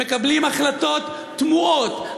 שמקבלים החלטות תמוהות,